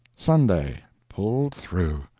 sunday pulled through.